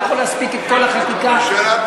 אני לא יכול להספיק את כל החקיקה לפני,